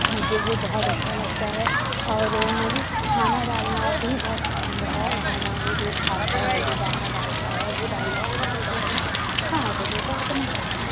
مجھے وہ بہت اچھا لگتا ہے اور مجھے اُس کو کھانا ڈالنا بھی بہت پسند ہے کھانا وہ جو کھاتا ہے جو دانہ ڈالتا ہے وہ ڈالنا بھی بہت پسند ہے ہاں تو طوطا وہ تو مجھے پسند ہے